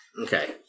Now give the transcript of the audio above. Okay